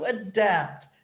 adapt